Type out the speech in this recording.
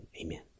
amen